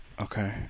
okay